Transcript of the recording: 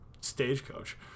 stagecoach